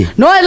no